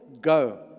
go